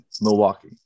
Milwaukee